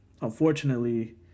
unfortunately